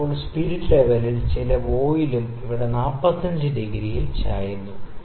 ചിലപ്പോൾ സ്പിരിറ്റ് ലെവലിൽ ചില വോയിലുകൾ ഇവിടെ 45 ഡിഗ്രിയിൽ ചായുന്നു